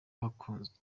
bakunzwe